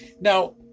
Now